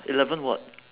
eleven what